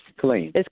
clean